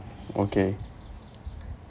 okay